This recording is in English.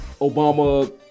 Obama